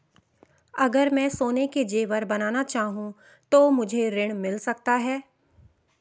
अगर मैं सोने के ज़ेवर बनाना चाहूं तो मुझे ऋण मिल सकता है?